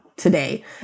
today